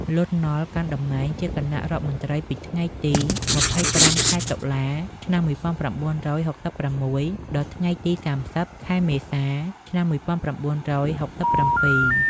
លន់ នល់ កាន់តំណែងជាគណៈរដ្ឋមន្ត្រីពីថ្ងៃទី ២៥ ខែតុលា ឆ្នាំ១៩៦៦ ដល់ថ្ងៃទី ៣០ ខែមេសា ឆ្នាំ១៩៦៧។